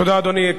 תודה, אדוני.